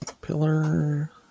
Pillar